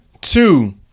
two